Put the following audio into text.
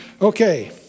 Okay